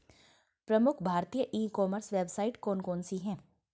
प्रमुख भारतीय e commerce website कौन कौन सी हैं?